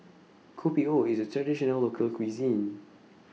Kopi O IS A Traditional Local Cuisine